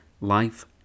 life